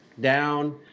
down